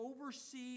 oversee